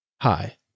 Hi